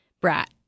brat